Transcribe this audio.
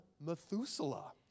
Methuselah